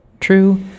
True